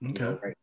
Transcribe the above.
Okay